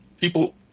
people